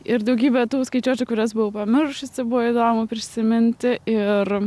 ir daugybė tų skaičiuočių kurias buvau pamiršusi buvo įdomu prisiminti ir